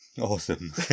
Awesome